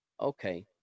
Okay